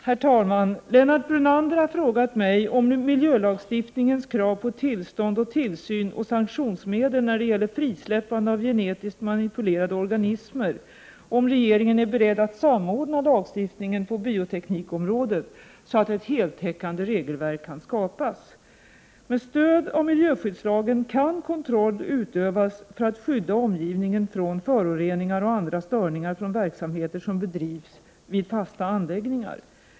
Herr talman! Lennart Brunander har frågat mig om miljölagstiftningens krav på tillstånd och tillsyn och sanktionsmedel när det gäller frisläppande av genetiskt manipulerade organismer och om regeringen är beredd att samordna lagstiftningen på bioteknikområdet så att ett heltäckande regelverk kan skapas. Med stöd av miljöskyddslagen kan kontroll utövas för att skydda omgivningen från föroreningar och andra störningar från verksamheter som bedrivs vid fasta anläggningar.